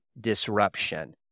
disruption